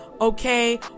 okay